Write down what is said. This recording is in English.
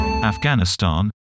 Afghanistan